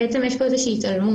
בעצם יש פה איזה שהיא התעלמות.